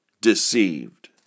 deceived